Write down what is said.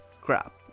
crap